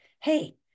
hey